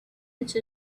into